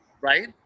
right